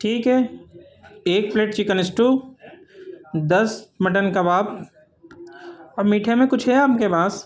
ٹھیک ہے ایک پلیٹ چکن اسٹو دس مٹن کباب اور میٹھے میں کچھ ہے آپ کے پاس